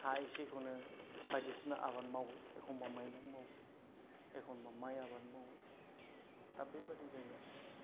हा एसेखौनो बायदिसिना आबाद मावो एखमब्ला मैगं मावो एखमब्ला माइ आबाद मावो दा बेबायदि जोङो